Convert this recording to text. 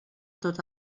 tot